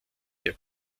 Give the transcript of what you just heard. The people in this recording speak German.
der